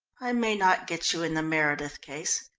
i may not get you in the meredith case,